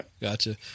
gotcha